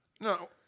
No